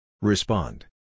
Respond